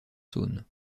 saône